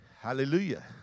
Hallelujah